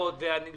בהמשך,